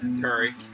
Curry